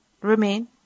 remain